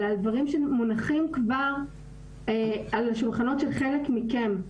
אלא על דברים שמונחים כבר על השולחנות של חלק מכם.